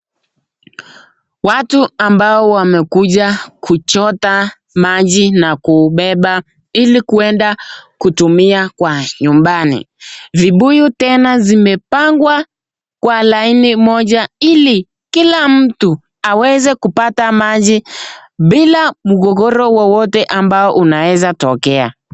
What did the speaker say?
Watu ambao wamekuja kuchota maji na kuubeba ili kuenada kutumia kwa nyumbani. Vibuyu tena zimepangwa kwa laini ili kila mtu aweze kupata maji bila mgogoro wowote ambao unaweza tokea.